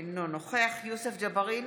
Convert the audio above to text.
אינו נוכח יוסף ג'בארין,